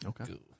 Okay